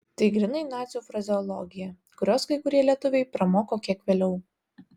tai grynai nacių frazeologija kurios kai kurie lietuviai pramoko kiek vėliau